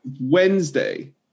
Wednesday